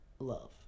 Love